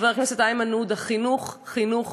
חבר הכנסת איימן עודה, חינוך, חינוך,